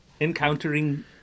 encountering